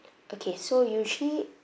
okay so usually